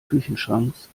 küchenschranks